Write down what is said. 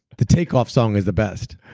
the takeoff song is the best